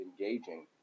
engaging